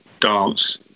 dance